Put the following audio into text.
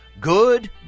good